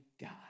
God